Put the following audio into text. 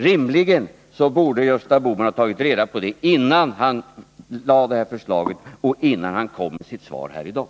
Rimligen borde Gösta Bohman ha tagit reda på detta, innan han lade fram det här förslaget och innan han kom med sitt svar här i dag.